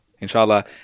Inshallah